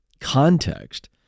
context